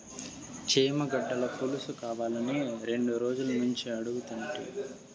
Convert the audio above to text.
చేమగడ్డల పులుసుకావాలని రెండు రోజులనుంచి అడుగుతుంటి